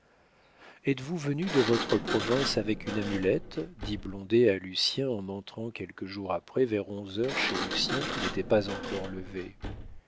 êtes-vous venu de votre province avec une amulette dit blondet à lucien en entrant quelques jours après vers onze heures chez lucien qui n'était pas encore levé